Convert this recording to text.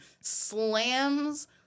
slams